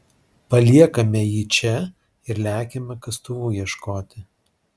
paliekame jį čia ir lekiame kastuvų ieškoti